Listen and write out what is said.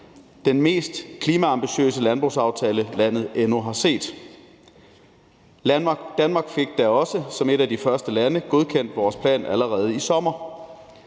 den mest klimaambitiøse landbrugsaftale, landet endnu har set. Danmark fik da også som et af de første lande godkendt sin plan allerede i sommer.